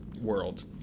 world